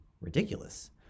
ridiculous